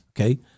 Okay